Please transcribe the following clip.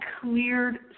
cleared